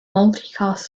multicast